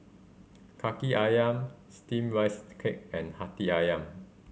Kaki Ayam steamed rice to cake and Hati Ayam